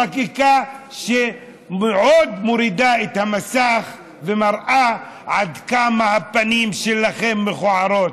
חקיקה שמורידה את המסך ומראה עד כמה הפנים שלכם מכוערות.